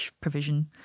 provision